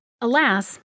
alas